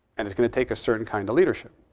and it's going to take a certain kind of leadership.